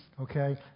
okay